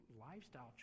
lifestyle